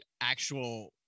actual